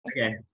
Okay